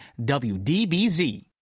WDBZ